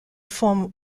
forme